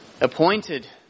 appointed